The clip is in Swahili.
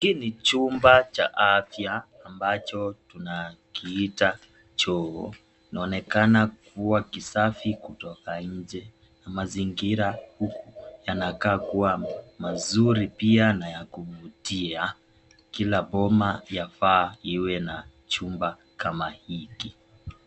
Hii ni chumba cha afya ambacho tunakiita choo. Inaonekana kuwa kisafi kutoka nje na mazingira huku yanakaa kuwa mazuri pia na ya kuvutia. Kila boma yafaa iwe na chumba kama hichi.